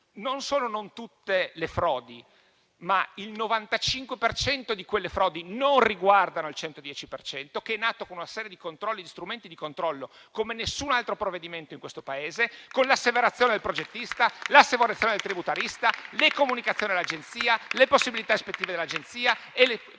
non solo non tutte le frodi, ma il 95 per cento di quelle frodi non riguardano il 110 per cento, che è nato con una serie di strumenti di controllo come nessun altro provvedimento in questo Paese, con l'asseverazione del progettista, l'asseverazione del tributarista, le comunicazioni all'Agenzia e le possibilità ispettive dell'Agenzia e di ogni